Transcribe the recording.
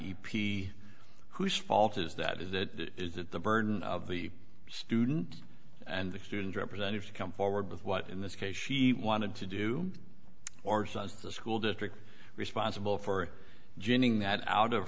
the whose fault is that is that is that the burden of the student and the student represented to come forward with what in this case she wanted to do or the school district responsible for ginning that out of